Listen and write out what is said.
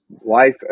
life